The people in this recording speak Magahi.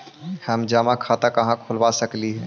हम जमा खाता कहाँ खुलवा सक ही?